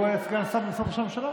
הוא סגן שר במשרד ראש הממשלה.